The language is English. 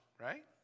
right